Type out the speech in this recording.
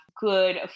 good